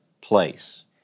place